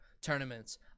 tournaments